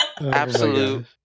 Absolute